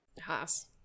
Haas